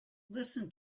listen